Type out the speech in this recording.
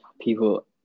people